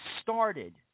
started